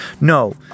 No